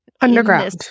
underground